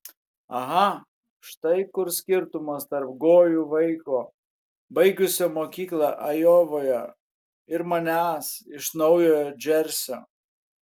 aha štai kur skirtumas tarp gojų vaiko baigusio mokyklą ajovoje ir manęs iš naujojo džersio